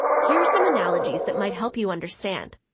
here's some analogies that might help you understand.